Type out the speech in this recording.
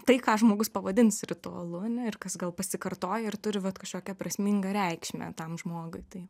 tai ką žmogus pavadins ritualu ane ir kas gal pasikartoja ir turi vat kažkokią prasmingą reikšmę tam žmogui tai